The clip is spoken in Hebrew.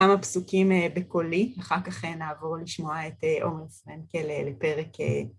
כמה פסוקים בקולי, אחר כך נעבור לשמוע את ? לפרק...